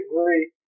agree